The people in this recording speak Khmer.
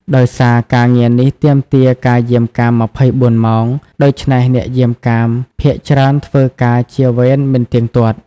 ដោយសារការងារនេះទាមទារការយាមកាម ២៤ ម៉ោង ដូច្នេះអ្នកយាមកាមភាគច្រើនធ្វើការជាវេនមិនទៀងទាត់។